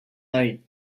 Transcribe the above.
night